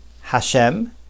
Hashem